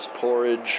porridge